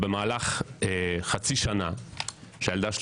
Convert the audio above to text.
במהלך חצי שנה שלחתי את הילדה שלי